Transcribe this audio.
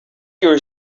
your